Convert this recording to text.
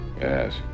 Yes